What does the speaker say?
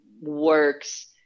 works